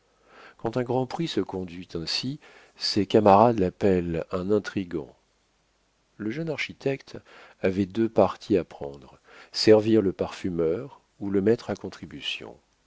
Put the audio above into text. quand un grand prix se conduit ainsi ses camarades l'appellent un intrigant le jeune architecte avait deux partis à prendre servir le parfumeur ou le mettre à contribution